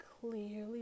clearly